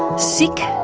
sick,